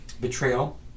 Betrayal